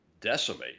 decimate